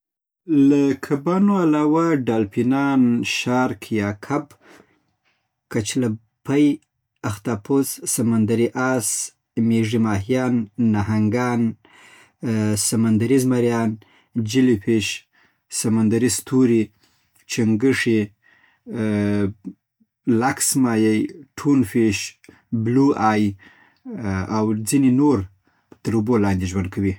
له کبانو علاوه، ډالفينان شارک يا کب‌غوښه کچلپې اختاپوس سمندري آس میږی‌ماهیان نهنګان سمندري زمریان جیلي‌فیش سمندري ستوري چنګښی لکس ماهیو ټون فیش،‌ بلو ای،‌ او ځینی نور تر اوبو لاندی ژوند کوی